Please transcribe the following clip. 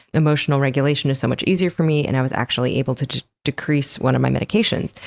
emotional regulation is so much easier for me, and i was actually able to decrease one of my medications.